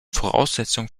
voraussetzung